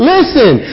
Listen